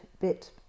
bit